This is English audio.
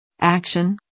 Action